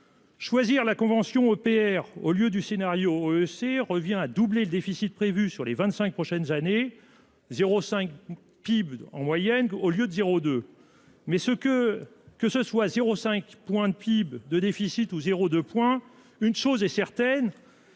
Choisir la convention EPR au lieu du scénario c'est revient à doubler le déficit prévu sur les 25 prochaines années. 05. PIB en moyenne au lieu de sirop de mais ce que, que ce soit 0 5 point de PIB de déficit au 0 2 points. Une chose est certaine.